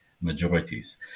majorities